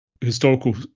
historical